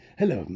hello